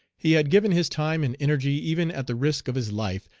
he had given his time and energy, even at the risk of his life,